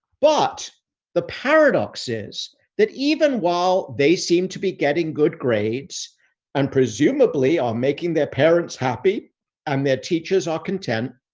but the paradox is that even while they seem to be getting good grades and presumably are making their parents happy and um their teachers are content,